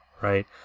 right